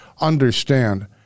understand